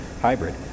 hybrid